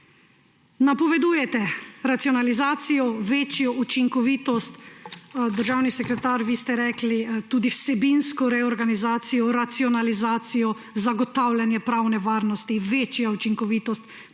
Napovedujete racionalizacijo, večjo učinkovitost. Državni sekretar, vi ste rekli, tudi vsebinsko reorganizacijo, racionalizacijo, zagotavljanje pravne varnosti, večjo učinkovitost, pregledno